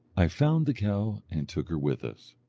i found the cow, and took her with us.